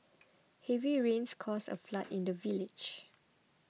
heavy rains caused a flood in the village